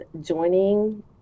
joining